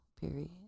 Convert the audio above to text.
period